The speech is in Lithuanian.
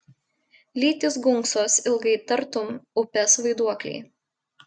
lytys gunksos ilgai tartum upės vaiduokliai